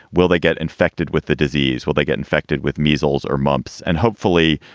will they get infected with the disease? will they get infected with measles or mumps? and hopefully